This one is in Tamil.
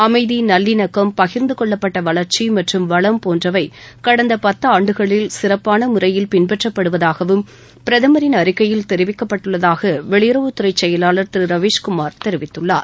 அமைதி நல்லினக்கம் பகிர்ந்து கொள்ளப்பட்ட வளர்ச்சி மற்றும் வளம் போன்றவை கடந்த பத்தாண்டுகளில் சிறப்பான முறையில் பின்பற்றப்படுவதாகவும் பிரதமரின் அறிக்கையில் தெரிவிக்கப்பட்டுள்ளதாக வெளியுறவுத்துறை செயலாளர் திரு ரவீஷ்குமார் தெரிவித்துள்ளார்